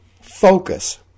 focus